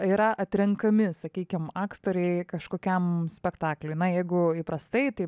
yra atrenkami sakykim aktoriai kažkokiam spektakliui na jeigu įprastai tai